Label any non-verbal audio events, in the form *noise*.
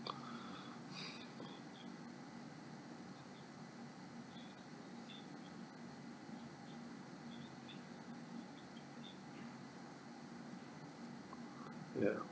*breath* ya